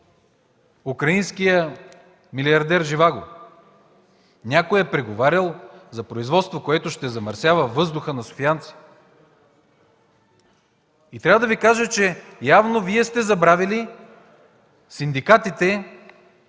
украинският милиардер Живаго, някой е преговарял за производство, което ще замърсява въздуха на софиянци? Трябва да Ви кажа, че явно Вие сте забравили синдикатите,